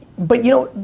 but, you know,